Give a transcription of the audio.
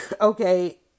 Okay